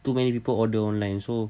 too many people order online so